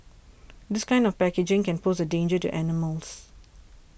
this kind of packaging can pose a danger to animals